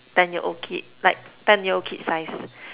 ten year old kid like ten year old kid size